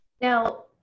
Now